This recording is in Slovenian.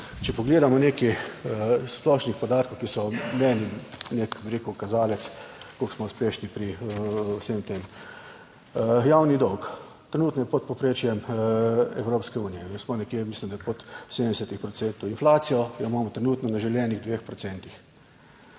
Če pogledamo nekaj splošnih podatkov, ki so meni nek, bi rekel, kazalec, koliko smo uspešni pri vsem tem. Javni dolg, trenutno je pod povprečjem Evropske unije, smo nekje, mislim, da pod 70 procentov, inflacijo, jo imamo trenutno na želenih 2